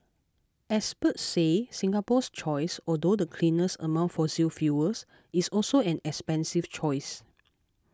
experts say Singapore's choice although the cleanest among fossil fuels is also an expensive choice